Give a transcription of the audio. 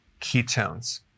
ketones